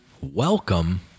welcome